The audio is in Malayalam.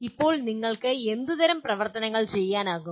ഇപ്പോൾ നിങ്ങൾക്ക് എന്തുതരം പ്രവർത്തനങ്ങൾ ചെയ്യാനാകും